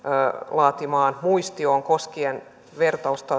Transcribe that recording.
laatimaan muistioon koskien vertausta